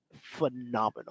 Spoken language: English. phenomenal